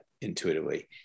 intuitively